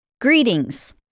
Greetings